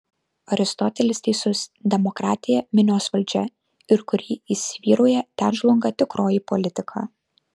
aristotelis teisus demokratija minios valdžia ir kur ji įsivyrauja ten žlunga tikroji politika